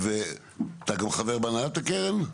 ואתה גם חבר בהנהלת הקרן?